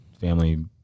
family